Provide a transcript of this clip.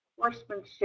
horsemanship